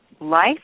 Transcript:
life